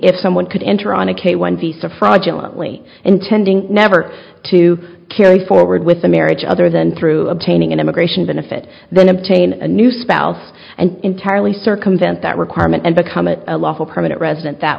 if someone could enter on a k one piece of fraudulent plea intending never to carry forward with the marriage other than through obtaining an immigration benefit then obtain a new spouse and entirely circumvent that requirement and become a lawful permanent resident that